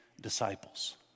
disciples